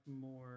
more